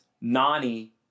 Nani